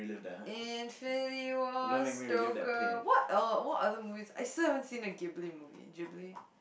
infinity wars stoker what else what other movies I still haven't see the Ghibly movie Ghibly